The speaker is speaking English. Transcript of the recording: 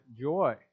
joy